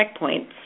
checkpoints